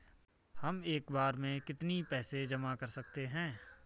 हम एक बार में कितनी पैसे जमा कर सकते हैं?